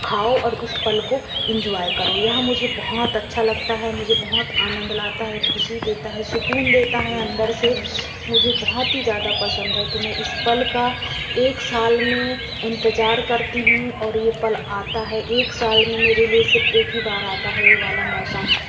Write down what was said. खाओ और उस पल को एन्जॉय करो यह मुझे बहुत अच्छा लगता है मुझे बहुत आनंद लाता है ख़ुशी देता है सुकून देता है अंदर से मुझे बहुत ही ज़्यादा पसंद है तो मैं इस पल का एक साल में इंतजार करती हूँ और ये पल आता है एक साल में मेरे लिये सिर्फ एक ही बार आता है ये वाला मौसम